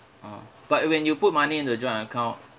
ah but when you put money into joint account